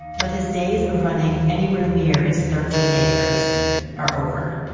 but his days of running anywhere near its thirteen acres are over.